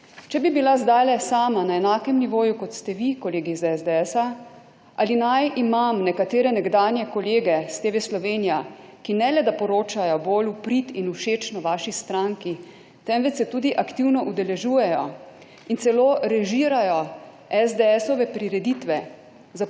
Če bi bila zdajle sama na enakem nivoju, kot ste vi kolegi iz SDS, ali naj imam nekatere nekdanje kolege s TV Slovenija, ki ne le da poročajo bolj v prid in všečno vaši stranki, temveč se tudi aktivno udeležujejo in celo režirajo prireditve